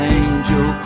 angel